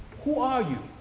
who are you?